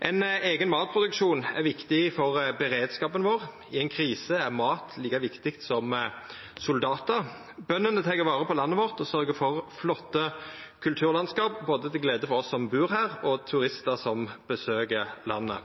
Ein eigen matproduksjon er viktig for beredskapen vår – i ei krise er mat like viktig som soldatar. Bøndene tek vare på landet vårt og sørgjer for flotte kulturlandskap, til glede for både oss som bur her, og turistar som besøker landet.